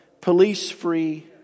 police-free